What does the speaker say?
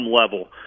level